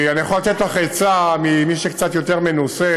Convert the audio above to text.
כי אני יכול לתת לך עצה ממי שקצת יותר מנוסה: